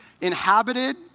inhabited